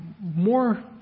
More